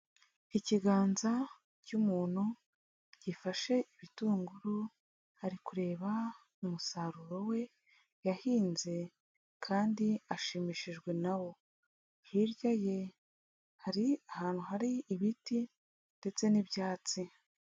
Ikiganza cy'umuntu gifashe ibitunguru ari kureba umusaruro we yahinze kandi ashimishijwe na wo. Hirya ye hari ahantu, hari ibiti, ndetse n'ibyatsi.